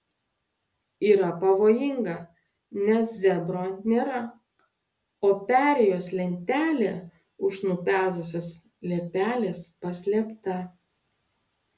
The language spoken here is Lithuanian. yra pavojinga nes zebro nėra o perėjos lentelė už nupezusios liepelės paslėpta